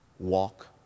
walk